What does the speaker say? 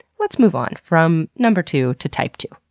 let's move on from number two to type two,